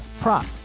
prop